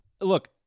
Look